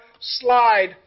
slide